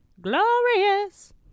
Glorious